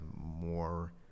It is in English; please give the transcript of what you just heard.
more